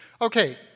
Okay